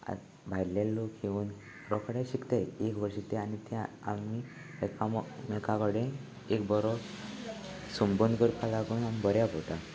आतां भायले लोक येवन रोखडे शिकताय एक वर्स ते आनी ते आमी एक एकका कडेन एक बरो संबंद करपा लागून आमी बरें आपोता